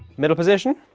middle position